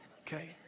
okay